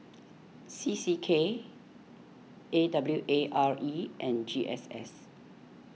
C C K A W A R E and G S S